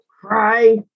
Cry